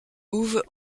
uwe